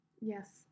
Yes